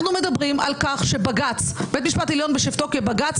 אנחנו מדברים על כך שבית משפט עליון בשבתו כבג"ץ